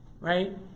Right